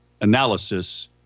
analysis